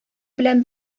белән